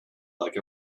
like